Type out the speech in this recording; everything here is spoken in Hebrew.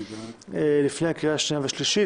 לפני הקריאה השנייה והשלישית.